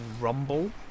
rumble